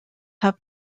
have